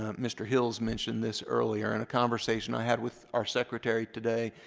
ah mr. hills mentioned this earlier, in a conversation i had with our secretary today,